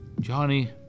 Johnny